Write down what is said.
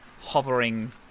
hovering